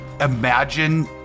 imagine